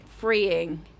freeing